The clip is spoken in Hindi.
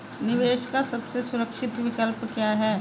निवेश का सबसे सुरक्षित विकल्प क्या है?